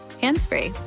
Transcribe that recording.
hands-free